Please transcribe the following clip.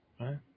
right